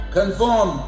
conform